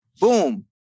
Boom